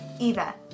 Eva